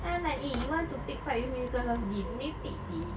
then I'm like eh you want to pick fight with me cause of this merepek seh